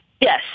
Yes